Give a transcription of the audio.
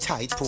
Tight